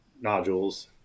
nodules